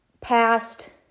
past